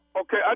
Okay